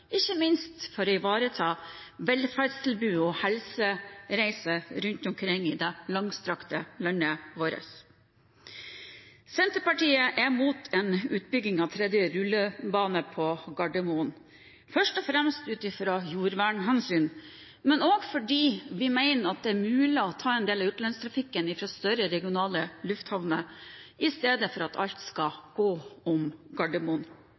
ikke minst for å ivareta velferdstilbud og helsereiser rundt omkring i det langstrakte landet vårt. Senterpartiet er mot en utbygging av en tredje rullebane på Gardermoen, først og fremst ut fra jordvernhensyn, men også fordi vi mener det er mulig å ta en del av utenlandstrafikken fra større regionale lufthavner i stedet for at alt skal gå om Gardermoen.